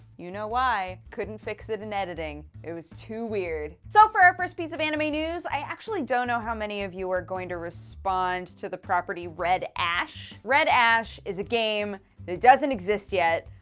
you know why couldn't fix it in editing. it was too weird. so for our first piece of anime news i actually don't know how many of you are going to respond to the property red ash? red ash is a game that doesn't exist yet.